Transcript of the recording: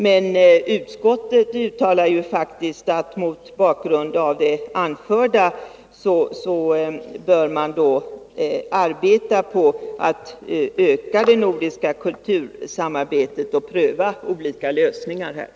Men utskottet säger också att det mot bakgrund av vad som anförts är utskottets uppfattning att man bör arbeta på att öka det nordiska kultursamarbetet och pröva olika lösningar, etc.